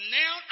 now